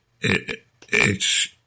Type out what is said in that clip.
it—it's